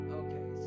okay